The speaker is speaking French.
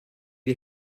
est